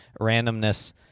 Randomness